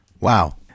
Wow